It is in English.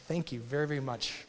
thank you very much